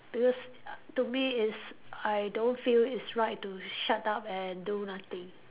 because to me is I don't feel it's right to shut up and do nothing